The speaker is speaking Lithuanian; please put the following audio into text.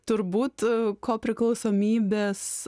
turbūt kopriklausomybės